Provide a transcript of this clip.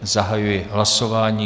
Zahajuji hlasování.